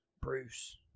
Bruce